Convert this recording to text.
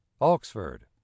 oxford